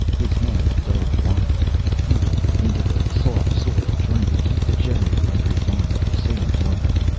his hands dug wildly, futilely, into the soft soil, trying to keep the generator under his arm at the same time.